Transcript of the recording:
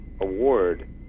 award